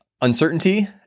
uncertainty